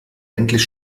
endlich